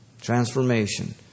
Transformation